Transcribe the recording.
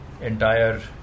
entire